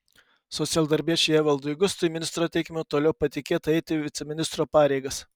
socialdarbiečiui evaldui gustui ministro teikimu toliau patikėta eiti viceministro pareigas